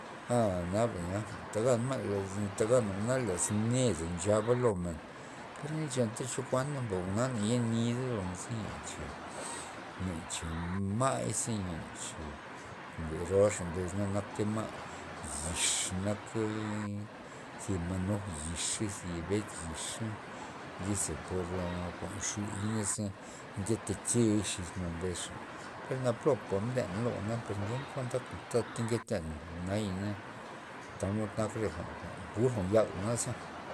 A naba nya tagan ma' laz tagan jwa'na laz ned nchaba lomen, per na nchenta chokuan jwa'na na yenida lomen za len che ma'y ze nya cho le roaxa mbesna na akta ma' yix naka zi manoj yix thi ya bet yix liza por na jwa'n xuy na ze nke te key xis men per na popa ben lo jwa'na ken kuan tata nketen nayana tamod nak jwa'n pur yal jwa'na za.